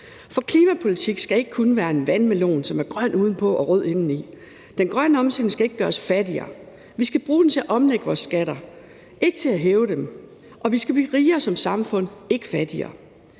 For klimapolitik skal ikke kun være en vandmelon, som er grøn udenpå og rød indeni. Den grønne omstilling skal ikke gøre os fattigere. Vi skal bruge den til at omlægge vores skatter, ikke til at hæve dem, og vi skal blive rigere som samfund, ikke fattigere.